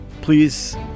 Please